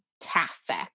fantastic